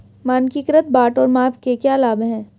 मानकीकृत बाट और माप के क्या लाभ हैं?